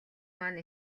маань